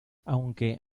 aunque